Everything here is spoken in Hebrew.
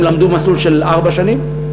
אם הם למדו במסלול של ארבע שנים,